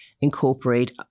incorporate